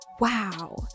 Wow